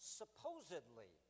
supposedly